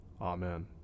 Amen